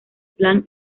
plan